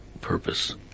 purpose